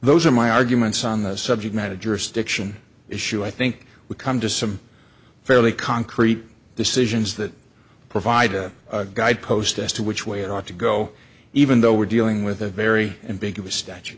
those are my arguments on the subject matter jurisdiction issue i think we come to some fairly concrete decisions that provide a guidepost as to which way it ought to go even though we're dealing with a very big of a statu